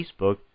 Facebook